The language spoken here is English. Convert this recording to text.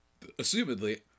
assumedly